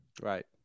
Right